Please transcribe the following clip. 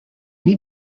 need